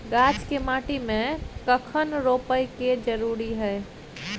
गाछ के माटी में कखन रोपय के जरुरी हय?